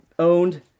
owned